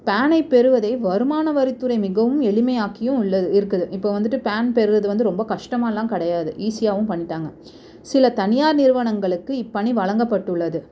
பேனை பெறுவதை வருமான வரித்துறை மிகவும் எளிமையாக்கியும் உள்ளது இருக்குது இப்போ வந்துட்டு பேன் பெறுறது ரொம்ப கஷ்டமாயெல்லாம் கிடையாது ஈஸியாகவும் பண்ணிவிட்டாங்க சில தனியார் நிறுவனங்களுக்கு இப்பணி வழங்கப்பட்டுள்ளது